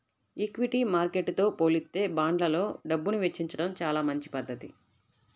equity మార్కెట్టుతో పోలిత్తే బాండ్లల్లో డబ్బుని వెచ్చించడం చానా మంచి పధ్ధతి